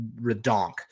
redonk